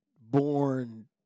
Born